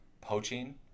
poaching